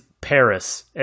Paris